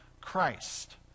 Christ